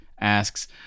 asks